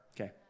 okay